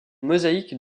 mosaïque